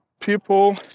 people